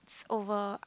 ~s over